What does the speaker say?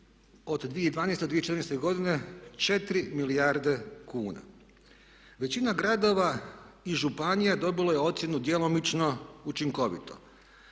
od 2012. do 2014. godine 4 milijarde kuna. Većina gradova i županija dobilo je ocjenu djelomično učinkovito.